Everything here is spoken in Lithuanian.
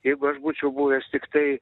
jeigu aš būčiau buvęs tiktai